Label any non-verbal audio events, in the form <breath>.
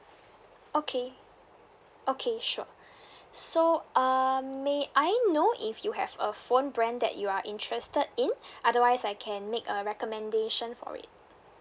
okay okay sure <breath> so um may I know if you have a phone brand that you are interested in otherwise I can make a recommendation for it